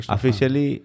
Officially